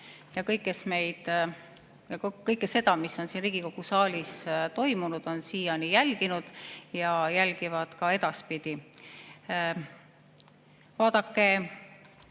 kes kõike seda, mis on siin Riigikogu saalis toimunud, on siiani jälginud ja jälgivad ka edaspidi! Vaadake,